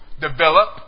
develop